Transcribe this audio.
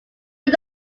but